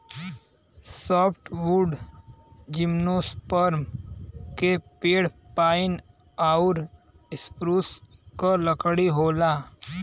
softwood gymnosperm के पेड़ pine आउर स्प्रूस क लकड़ी होला